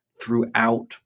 throughout